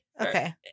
okay